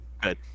good